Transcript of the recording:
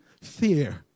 fear